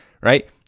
right